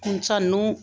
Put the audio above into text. ਹੁਣ ਸਾਨੂੰ